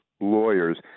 lawyers